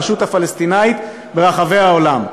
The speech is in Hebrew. מנציגויות הרשות הפלסטינית ברחבי העולם.